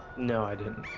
no, i did.